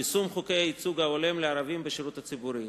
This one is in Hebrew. יישום חוקי הייצוג ההולם לערבים בשירות הציבורי,